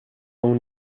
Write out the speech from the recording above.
اون